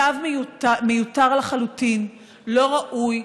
מצב מיותר לחלוטין, לא ראוי.